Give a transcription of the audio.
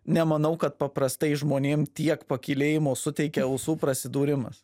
nemanau kad paprastai žmonėm tiek pakylėjimo suteikia ausų prasidurimas